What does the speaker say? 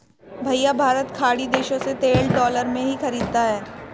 भैया भारत खाड़ी देशों से तेल डॉलर में ही खरीदता है